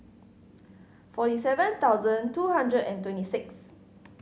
forty seven thousand two hundred and twenty six